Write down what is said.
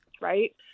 right